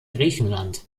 griechenland